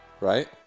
Right